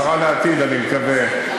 השרה לעתיד אני מקווה,